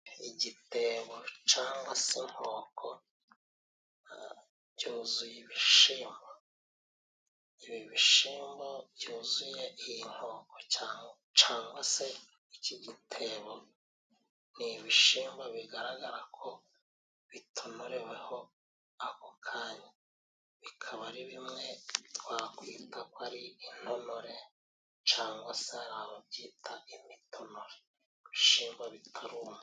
Igitebo cangwa se inkoko cyuzuye ibishimbo. Ibi bishimbo byuzuye iyi nkoko cyangwa se iki gitebo,' ni ibishimbo bigaragara ko bitonoreweho ako kanya. Bikaba ari bimwe twakwita ko ari intonore cangwa se hari ababyita imitonore; ibishyimbo bitaruma.